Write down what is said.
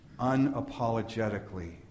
unapologetically